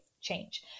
change